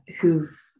who've